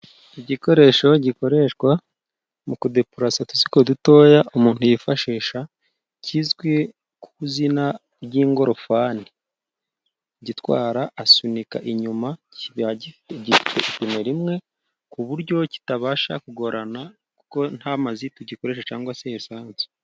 Igikoresho gikoreshwa mu ku depurasa utuzigo dutoya umuntu yifashisha kizwi ku izina ry'ingorofani. Ugitwara asunika inyuma, gifite ipene rimwe ku buryo kitabasha kugorana, kuko nta mazutu gikoresha cyangwa se esanse.